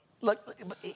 look